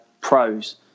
pros